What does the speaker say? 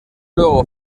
luego